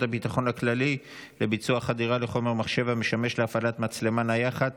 הביטחון הכללי לביצוע חדירה לחומר מחשב המשמש להפעלת מצלמה נייחת